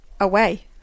away